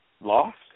lost